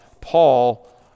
paul